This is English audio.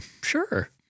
Sure